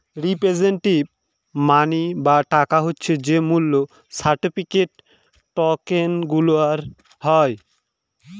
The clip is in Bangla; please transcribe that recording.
রিপ্রেসেন্টেটিভ মানি বা টাকা হচ্ছে যে মূল্য সার্টিফিকেট, টকেনগুলার হয়